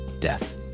death